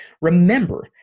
Remember